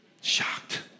Shocked